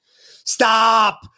Stop